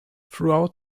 throughout